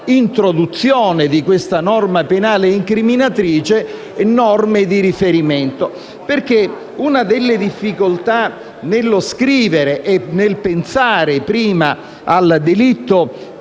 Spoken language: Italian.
dall'introduzione di questa norma penale incriminatrice, norme di riferimento. Infatti, una delle difficoltà nello scrivere e nel pensare al delitto